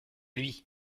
lui